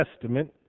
Testament